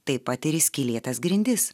taip pat ir į skylėtas grindis